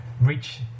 reach